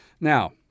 Now